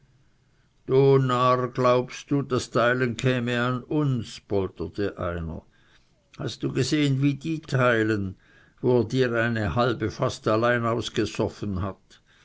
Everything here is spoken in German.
glaubst du das teilen käme an uns polterte einer hast du gesehen wie die teilen hat er dir deine halbe nicht fast allein ausgesoffen du